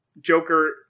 Joker